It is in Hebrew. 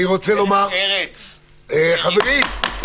דרך ארץ,